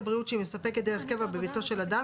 שירותי בריאות שהיא מספקת דרך קבע בביתו של אדם,